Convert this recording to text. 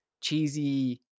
cheesy